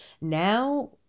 now